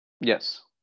Yes